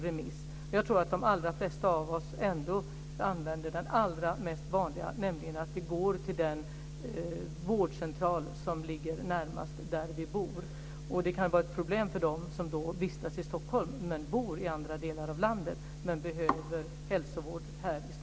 Jag tror ändå att de allra flesta av oss använder den vanligaste möjligheten, nämligen att gå till den vårdcentral som ligger närmast den egna bostaden. Det kan dock vara problem med detta för dem som vistas här i Stockholm men som bor i andra delar av landet.